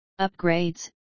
upgrades